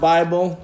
Bible